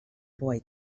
boy